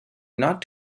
not